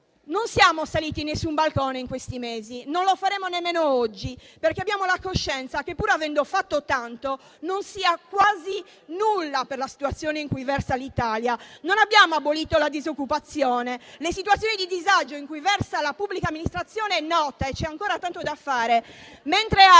non siamo saliti su nessun balcone e non lo faremo nemmeno oggi, perché abbiamo la coscienza che, pur avendo fatto tanto, ciò non sia quasi nulla per la situazione in cui versa l'Italia. Non abbiamo abolito la disoccupazione, la situazione di disagio in cui versa la pubblica amministrazione ci è nota e sappiamo che c'è ancora tanto da fare;